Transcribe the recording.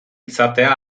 izatea